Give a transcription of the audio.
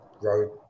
Road